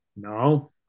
No